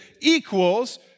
equals